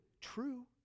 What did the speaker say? true